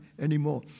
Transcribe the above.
anymore